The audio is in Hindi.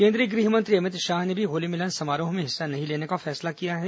केंद्रीय गृह मंत्री अमित शाह ने भी होली मिलन समारोहों में हिस्सा नहीं लेने का फैसला किया है